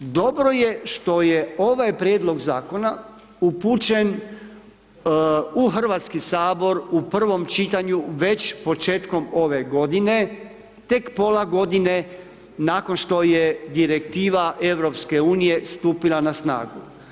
Dobro je što je ovaj prijedlog zakona, upućen u Hrvatski sabor, u prvom čitanju, već početkom ove godine, tek pola godine nakon što je direktiva EU, stupila na snagu.